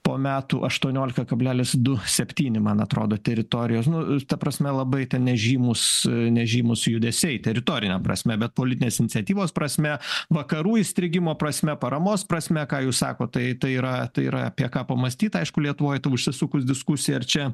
po metų aštuoniolika kablelis du septyni man atrodo teritorijos nu ta prasme labai nežymūs nežymūs judesiai teritorine prasme bet politinės iniciatyvos prasme vakarų įstrigimo prasme paramos prasme ką jūs sakot tai tai yra tai yra apie ką pamąstyt aišku lietuvoj tuo užsisukus diskusija ar čia